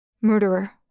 Murderer